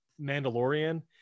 Mandalorian